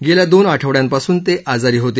गेल्या दोन आठवड्यांपासून ते आजारी होते